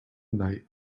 night